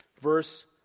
Verse